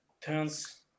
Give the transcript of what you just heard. turns